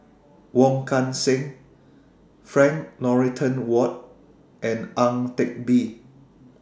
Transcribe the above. Wong Kan Seng Frank Dorrington Ward and Ang Teck Bee